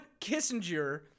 Kissinger